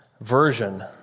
version